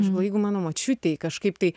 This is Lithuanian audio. jeigu mano močiutei kažkaip tai